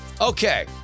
Okay